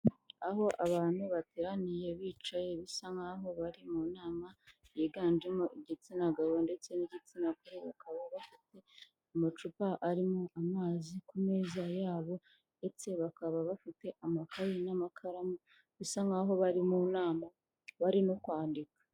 Aho abantu bateraniye bicaye bisa nk'aho bari mu nama yiganjemo igitsina gabo ndetse n'igitsina gore bakaba bafite amacupa arimo amazi ku meza yabo ndetse bakaba bafite amakayi n'amakaramu bisa nk'aho bari mu nama bari no kwandika.